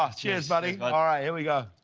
ah cheers, buddy. but all right, here we go.